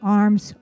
arms